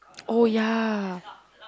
oh ya